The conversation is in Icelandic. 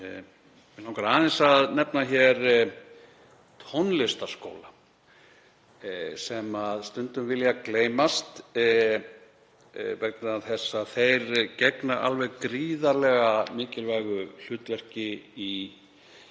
Mig langar aðeins að nefna hér tónlistarskóla sem stundum vilja gleymast vegna þess að þeir gegna alveg gríðarlega mikilvægu hlutverki í þroska